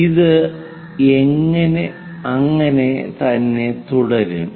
ഇത് അങ്ങനെ തന്നെ തുടരും